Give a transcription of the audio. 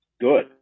good